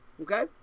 okay